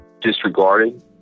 disregarded